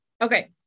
Okay